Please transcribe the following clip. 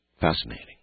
Fascinating